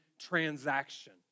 transaction